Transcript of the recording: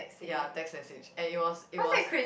ya text message and it was it was